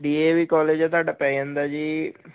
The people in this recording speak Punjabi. ਡੀ ਏ ਵੀ ਕਾਲਜ ਆ ਤੁਹਾਡਾ ਪੈ ਜਾਂਦਾ ਜੀ